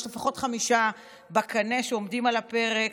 יש לפחות חמישה בקנה שעומדים על הפרק.